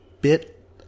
bit